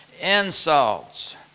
Insults